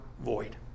void